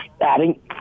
adding